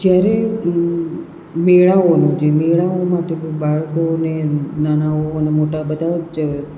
જ્યારે મેળાઓ જે મેળાઓનો બાળકોને નાનાઓને મોટાઓ બધા જ